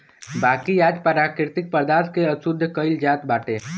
बाकी आज प्राकृतिक पदार्थ के अशुद्ध कइल जात बाटे